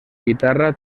guitarra